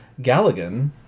Galligan